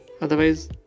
otherwise